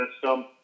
system